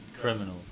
criminal